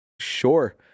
Sure